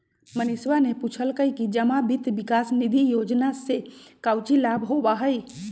मनीषवा ने पूछल कई कि जमा वित्त विकास निधि योजना से काउची लाभ होबा हई?